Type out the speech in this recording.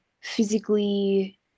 physically